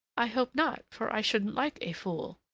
i hope not, for i shouldn't like a fool.